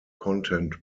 content